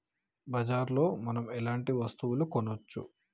బజార్ లో మనం ఎలాంటి వస్తువులు కొనచ్చు?